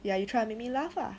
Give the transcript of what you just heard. ya you try to make me laugh lah